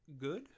good